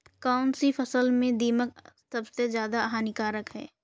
कौनसी फसल में दीमक सबसे ज्यादा हानिकारक है?